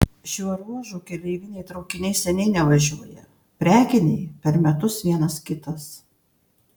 šiuo ruožu keleiviniai traukiniai seniai nevažiuoja prekiniai per metus vienas kitas